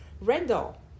Randall